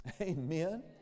Amen